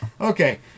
Okay